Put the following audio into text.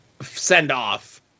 send-off